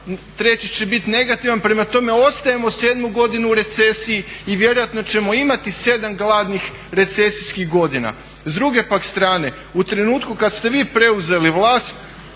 treći će biti negativan. Prema tome, ostajemo sedmu godinu u recesiji i vjerojatno ćemo imati sedam gladnih recesijskih godina. S druge pak strane u trenutku kad ste vi preuzeli vlast